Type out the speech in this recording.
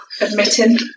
admitting